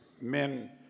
men